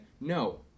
No